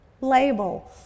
labels